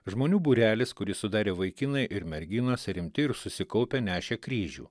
žmonių būrelis kurį sudarė vaikinai ir merginos rimti ir susikaupę nešė kryžių